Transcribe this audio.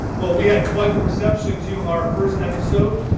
well, we had quite the reception to our first episode.